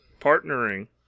Partnering